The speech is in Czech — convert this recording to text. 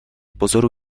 pozoru